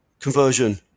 conversion